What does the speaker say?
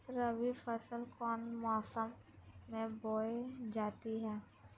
रबी फसल कौन मौसम में बोई जाती है?